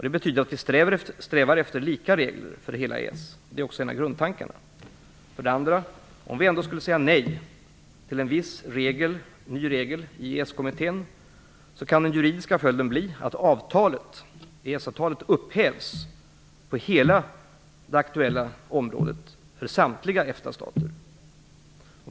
Det betyder att vi strävar efter lika regler för hela EES, och det är också en av grundtankarna. För det andra. Om vi ändå skulle säga nej till en viss ny regel i EES-kommittén kan den juridiska följden bli att EES-avtalet upphävs på hela det aktuella området för samtliga EFTA-stater.